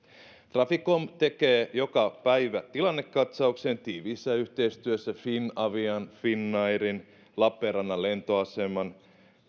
traficom tekee joka päivä tilannekatsauksen tiiviissä yhteistyössä finavian finnairin lappeenrannan lentoaseman